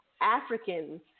Africans